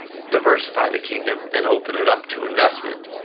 diversify the kingdom and open it up to investment,